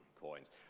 coins